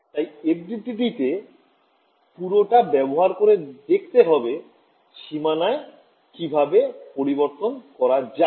তাই FDTD তে পুরোটা ব্যবহার করে দেখতে হবে সীমানায় কিভাবে পরিবর্তন করা যায়